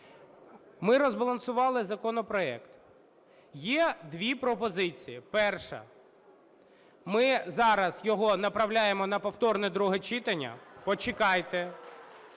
Ми розбалансували законопроект. Є дві пропозиції. Перша. Ми зараз його направляємо на повторне друге читання. (Шум